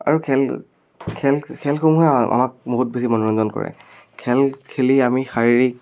আৰু খেল খেল খেলসমূহে আমাক বহুত বেছি মনোৰঞ্জন কৰে খেল খেলি আমি শাৰীৰিক